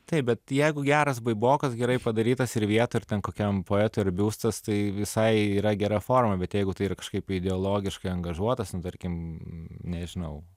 taip bet jeigu geras baibokas gerai padarytas ir vietoj ten kokiam poetui ar biustas tai visai yra gera forma bet jeigu tai ir kažkaip ideologiškai angažuotas na tarkim nežinau